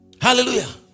hallelujah